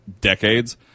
decades